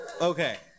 Okay